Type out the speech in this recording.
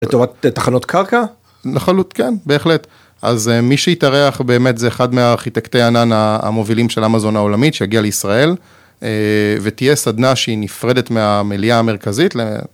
תחנות קרקע? לחלוטין, כן, בהחלט. אז מי שיתארח באמת זה אחד מהארכיטקטי ענן המובילים של אמזון העולמית, שיגיע לישראל ותהיה סדנה שהיא נפרדת מהמליאה המרכזית.